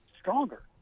stronger